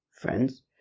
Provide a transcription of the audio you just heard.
Friends